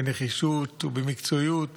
בנחישות ובמקצועיות